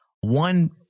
one